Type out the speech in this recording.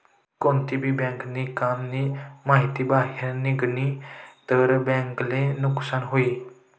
कोणती भी बँक नी काम नी माहिती बाहेर निगनी तर बँक ले नुकसान हुई